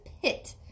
pit